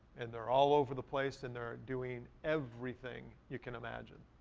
and they're all over the place and they're doing everything you can imagine.